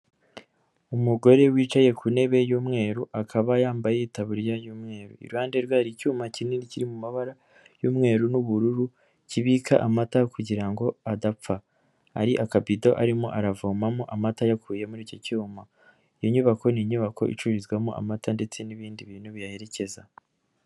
Umugore wicaye ku ntebe y'umweru akaba yambaye itaburiya y'umweru, iruhande rwe hari icyuma kinini kiri mu mabara y'umweru n'ubururu kibika amata kugira ngo adapfa, hari akabido arimo aravomamo amata yakuye muri iki cyuma, iyi nyubako ni inyubako icururizwamo amata ndetse n'ibindi bintu biyaherekeza.